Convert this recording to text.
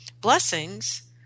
Blessings